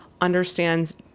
understands